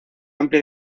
amplia